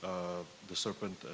the serpent,